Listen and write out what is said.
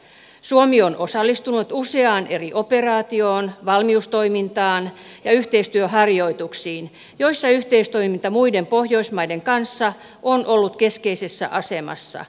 suomi on osallistunut useaan eri operaatioon valmiustoimintaan ja yhteistyöharjoituksiin joissa yhteistoiminta muiden pohjoismaiden kanssa on ollut keskeisessä asemassa